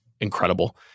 incredible